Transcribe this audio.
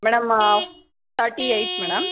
madam thirty eighty madam